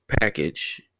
package